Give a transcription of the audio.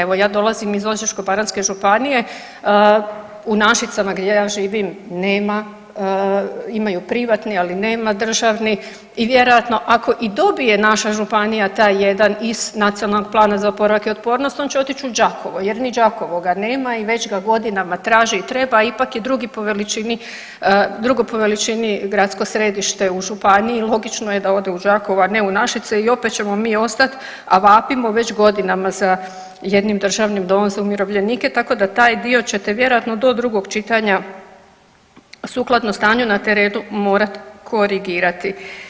Evo, ja dolazim iz Osječko-baranjske županije, u Našicama gdje ja živim, nema, imaju privatni, ali nema državni i vjerojatno ako i dobije naša Županija taj jedan iz Nacionalnog plana za oporavak i otpornost on će otić u Đakovo, jer ni Đakovo ga nema i već ga godinama traži i treba i ipak je drugo po veličini gradsko središte u Županiji, logično je da ode u Đakovo a ne u Našice i opet ćemo mi ostat, a vapimo već godinama za jednim državnim domom za umirovljenike, tako da taj dio ćete vjerojatno do dugog čitanja, sukladno stanju na terenu morat korigirati.